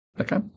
Okay